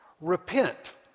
Repent